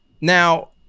now